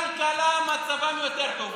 כלכלה, מצבם יותר טוב בירדן,